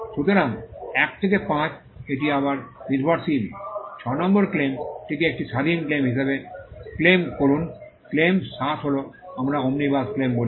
সুতরাং 1 থেকে 5 এটি আবার নির্ভরশীল 6 ক্লেম টিকে একটি স্বাধীন ক্লেম হিসাবে ক্লেম করুন ক্লেম 7 হল আমরা ওমনিবাস ক্লেম বলি